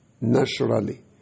naturally